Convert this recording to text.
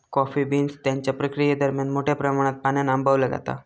coffee beans त्यांच्या प्रक्रियेदरम्यान मोठ्या प्रमाणात पाण्यान आंबवला जाता